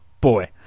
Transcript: Boy